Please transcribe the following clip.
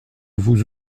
vous